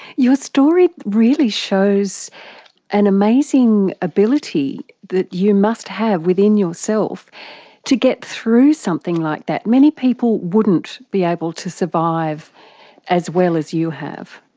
story really shows an amazing ability that you must have within yourself to get through something like that. many people wouldn't be able to survive as well as you have.